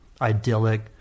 idyllic